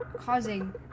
causing